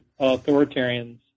authoritarians